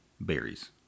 berries